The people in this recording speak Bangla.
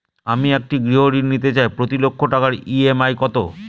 আমি একটি গৃহঋণ নিতে চাই প্রতি লক্ষ টাকার ই.এম.আই কত?